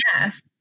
Yes